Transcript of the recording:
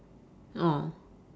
orh